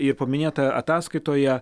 ir paminėta ataskaitoje